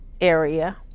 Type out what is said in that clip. area